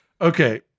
okay